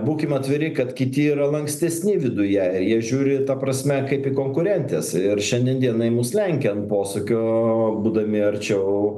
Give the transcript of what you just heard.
būkim atviri kad kiti yra lankstesni viduje ir jie žiūri ta prasme kaip į konkurentes ir šiandien dienai mus lenkia ant posūkio būdami arčiau